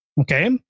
Okay